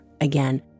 again